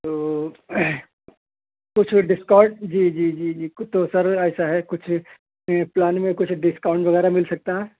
تو کچھ ڈسکاؤنٹ جی جی جی جی کچھ تو سر ایسا ہے کچھ میں پلان میں کچھ ڈسکاؤنٹ وغیرہ مل سکتا ہے